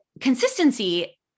consistency